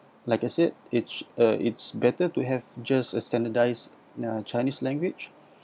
like I said it's uh it's better to have just a standardised uh chinese language